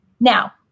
Now